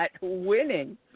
winning